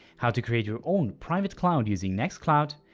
how to create your own private cloud using nextcloud,